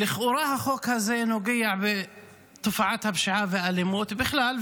לכאורה החוק הזה נוגע לתופעת הפשיעה והאלימות בכלל,